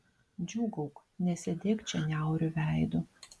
džiūgauk nesėdėk čia niauriu veidu